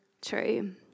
true